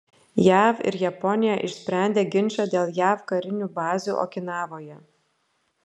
jav ir japonija išsprendė ginčą dėl jav karinių bazių okinavoje